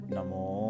Namo